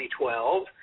2012